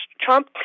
Trump